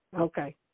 Okay